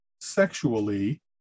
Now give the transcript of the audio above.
sexually